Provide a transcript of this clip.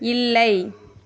இல்லை